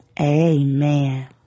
Amen